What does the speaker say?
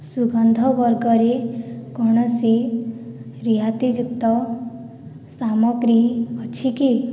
ସୁଗନ୍ଧ ବର୍ଗରେ କୌଣସି ରିହାତିଯୁକ୍ତ ସାମଗ୍ରୀ ଅଛି କି